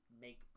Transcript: make